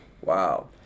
Wow